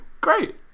great